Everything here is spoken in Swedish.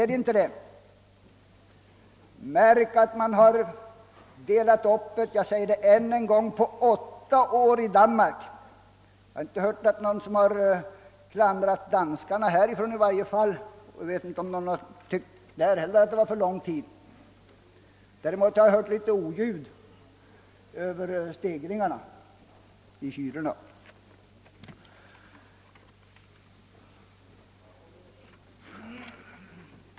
Det bör observeras att man i Danmark har delat upp övergången på åtta år — jag säger det än en gång — och jag har inte hört någon från denna plats klandra danskarna för det. Jag vet inte heller om danskarna själva har tyckt tiden vara för lång. Däremot har jag hört en del klagomål på hyresstegringarna.